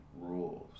rules